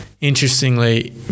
interestingly